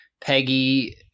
Peggy